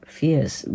fierce